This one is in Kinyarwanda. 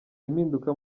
impinduka